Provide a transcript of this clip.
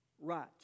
right